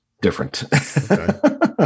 different